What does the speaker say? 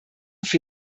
für